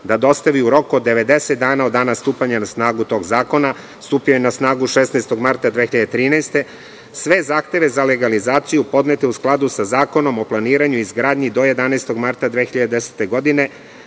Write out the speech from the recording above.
da dostavi u roku od 90 dana od dana stupanja na snagu tog zakona, a stupio je na snagu 16. marta 2013. godine, sve zahteve za legalizaciju podnete u skladu sa Zakonom o planiranju i izgradnji do 11. marta 2010. godine,